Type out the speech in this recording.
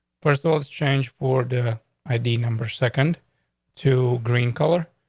personal change for the i d. number second two green color.